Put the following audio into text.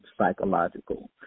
psychological